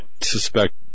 suspect